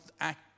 act